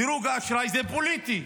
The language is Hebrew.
דירוג האשראי זה פוליטי.